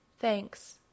Thanks